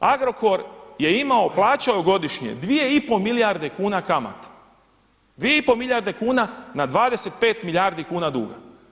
Agrokor je imao plaćao godišnje 2,5 milijarde kuna kamata, 2,5 milijarde kuna na 25 milijardi kuna duga.